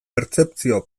pertzepzio